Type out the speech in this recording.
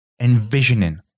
envisioning